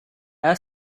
eliot